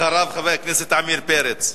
אחריו, חבר הכנסת עמיר פרץ.